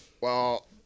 Well-